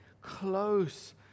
close